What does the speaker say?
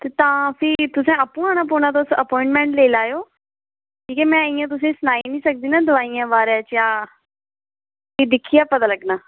तां भी तुसें आपूं औना पौना ते तुस अप्वाईंटमेंट लेई लैयो क्योंकि इंया में तुसेंगी सुनाई निं सकदी ना दोआइयें दे बारै च ते भी दिक्खियै पता लग्गना